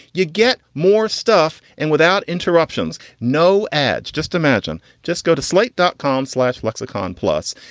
you get more stuff and without interruptions, no ads. just imagine. just go to slate dot com slash lexicon plus.